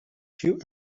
two